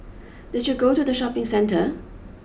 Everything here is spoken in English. did you go to the shopping centre